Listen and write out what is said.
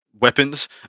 weapons